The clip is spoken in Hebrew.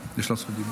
(תיקון מס' 2)